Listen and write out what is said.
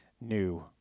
new